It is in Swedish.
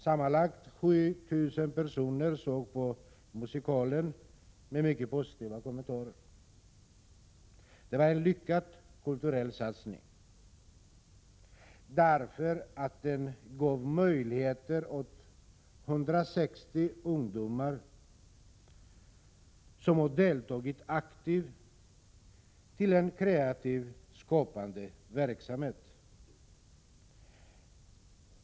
Sammanlagt 7 000 personer såg musikalen och lämnade mycket positiva kommentarer. Det var en lyckad kultursatsning, därför att den gav möjlighet åt 160 ungdomar att delta aktivt i en kreativ, skapande, verksamhet.